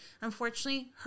Unfortunately